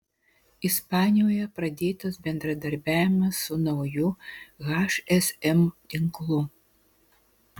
ispanijoje pradėtas bendradarbiavimas su nauju hsm tinklu